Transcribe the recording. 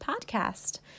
podcast